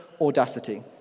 audacity